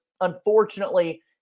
unfortunately